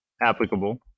applicable